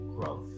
growth